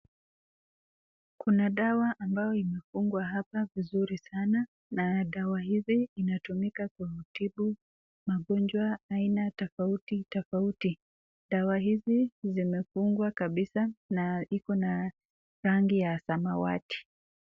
Kuna dawa ambayo hapa imefungwa vizuri sana na dawa hizi inatumika kutibu magonjwa aina tofauti tofauti. Dawa hizi zimefungwa kabisa na ikona rangi ya samawati.